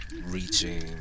reaching